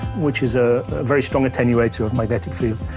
which is, ah, very strong attenuated of magnetic field.